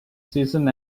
season